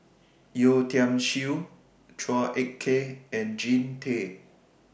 Yeo Tiam Siew Chua Ek Kay and Jean Tay